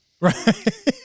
Right